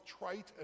trite